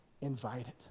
invited